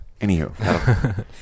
Anywho